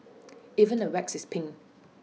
even the wax is pink